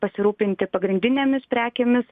pasirūpinti pagrindinėmis prekėmis